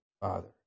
Father